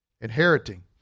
Inheriting